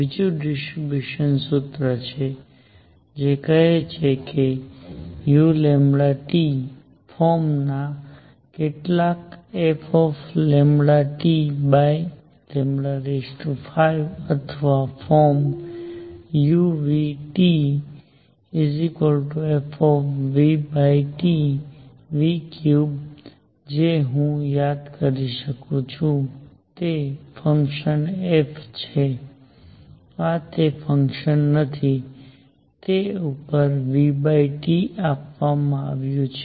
બીજું ડિસ્ટ્રિબ્યૂશન સૂત્ર છે જે કહે છે કે u ફોર્મ ના કેટલાક fT5 અથવા ફોર્મ u fT3 છે હું યાદ કરી શકું છું કે તે ફંકશન f છે આ તે ફંકશન નથી જે ઉપર Tઆપવામાં આવ્યું છે